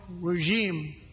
regime